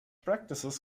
practices